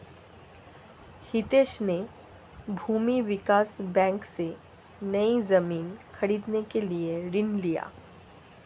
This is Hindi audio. हितेश ने भूमि विकास बैंक से, नई जमीन खरीदने के लिए ऋण लिया